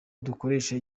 dukoresha